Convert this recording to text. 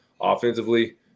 Offensively